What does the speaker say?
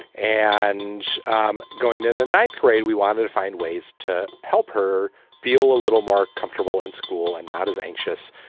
and um going into ninth grade, we wanted to find ways to help her feel a little more comfortable in school and not as anxious.